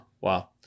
Wow